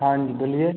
हाँ जी बोलिए